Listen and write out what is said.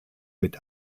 mit